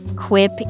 Quip